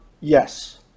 Yes